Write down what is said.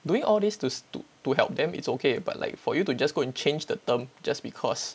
doing all this to to help them it's okay but like for you to just go and change the term just because